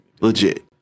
Legit